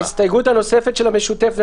ההסתייגות הנוספת של הרשימה המשותפת ומרצ: